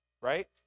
right